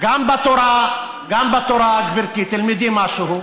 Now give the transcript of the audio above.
גם בתורה, גם בתורה, גברתי, תלמדי משהו.